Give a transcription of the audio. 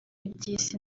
iby’isi